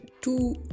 two